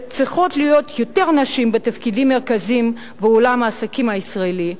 צריכות להיות יותר נשים בתפקידים מרכזיים בעולם העסקים הישראלי,